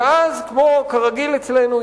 ואז כמו כרגיל אצלנו,